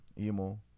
Emo